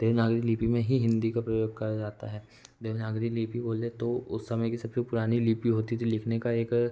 देवनागरी लिपि में ही हिन्दी का प्रयोग करा जाता है देवनागरी लिपि बोले तो उस समय की सब से पुरानी लिपि होती थी लिखने का एक